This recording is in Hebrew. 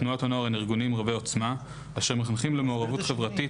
תנועות הנוער הן ארגונים רבי עוצמה אשר מחנכים למעורבות חברתית,